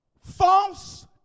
false